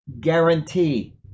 guarantee